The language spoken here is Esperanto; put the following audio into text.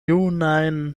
junajn